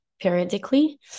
periodically